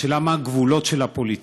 השאלה היא מה הגבולות של הפוליטיקה.